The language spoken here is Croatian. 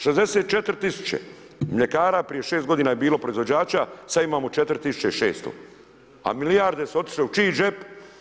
64 000 mljekara prije 6 godina je bilo proizvođača, sad imamo 4600, a milijarde su otišle u čiji džep?